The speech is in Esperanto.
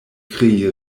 krei